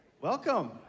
Welcome